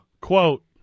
Quote